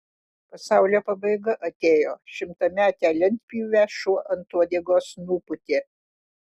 pasaulio pabaiga atėjo šimtametę lentpjūvę šuo ant uodegos nupūtė